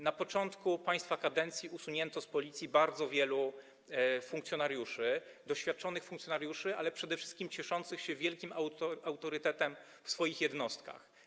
Na początku państwa kadencji usunięto z Policji bardzo wielu doświadczonych funkcjonariuszy, przede wszystkim cieszących się wielkim autorytetem w swoich jednostkach.